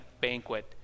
banquet